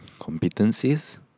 Competencies